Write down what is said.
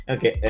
Okay